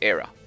Era